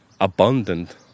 abundant